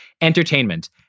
entertainment